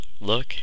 look